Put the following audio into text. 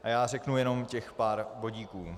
A já řeknu jenom těch pár bodíků.